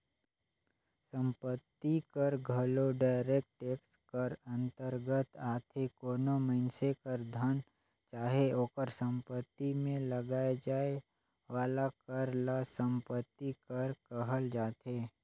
संपत्ति कर घलो डायरेक्ट टेक्स कर अंतरगत आथे कोनो मइनसे कर धन चाहे ओकर सम्पति में लगाए जाए वाला कर ल सम्पति कर कहल जाथे